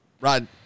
Rod